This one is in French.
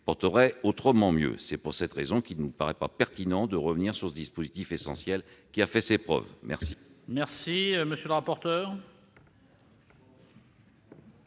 porteraient autrement mieux. C'est pour cette raison qu'il ne nous paraît pas pertinent de revenir sur ce dispositif essentiel, qui a fait ses preuves. Quel